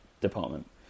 department